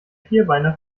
vierbeiner